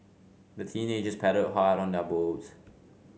the teenagers paddled hard on their boat